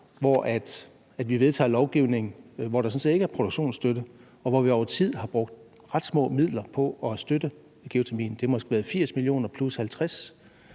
efter og vedtager lovgivning, hvor der sådan set ikke er produktionsstøtte, og hvor vi over tid har brugt ret små midler på at støtte geotermien – det har måske været 80 mio. plus 50